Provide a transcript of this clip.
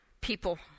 people